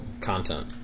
content